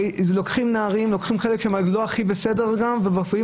לוקחים נערים שלא הכי בסדר ומצלמים